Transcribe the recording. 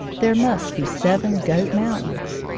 there must be seven goat mountains.